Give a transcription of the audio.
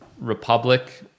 Republic